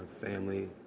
family